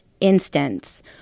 instance